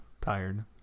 tired